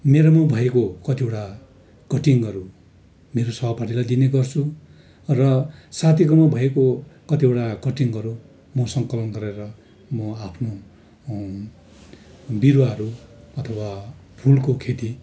मेरोमा भएको कतिवटा कटिङहरू मेरो सहपाठीलाई दिने गर्छु र साथीकोमा भएको कतिवटा कटिङहरू म सङ्कलन गरेर म आफ्नो बिरुवाहरू अथवा फुलको खेती